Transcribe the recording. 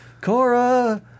Cora